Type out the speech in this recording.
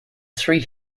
three